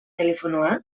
telefonoa